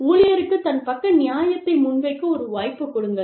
ஊழியருக்கு தன் பக்க நியாயத்தை முன்வைக்க ஒரு வாய்ப்பு கொடுங்கள்